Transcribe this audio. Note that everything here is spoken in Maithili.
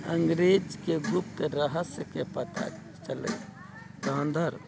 अंग्रेजके गुप्त रहस्यके पता चललै